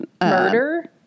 Murder